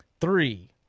three